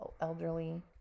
elderly